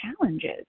challenges